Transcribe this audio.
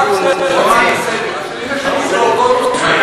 רק הערה לסדר: השאילתה שלי באותו נושא,